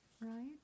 right